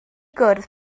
gwrdd